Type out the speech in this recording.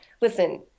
listen